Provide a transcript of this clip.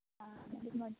ആ തീരുമാനിച്ച്